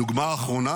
הדוגמה האחרונה